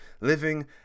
Living